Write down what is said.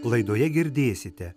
laidoje girdėsite